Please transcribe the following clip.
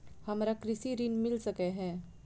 हमरा कृषि ऋण मिल सकै है?